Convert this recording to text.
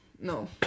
No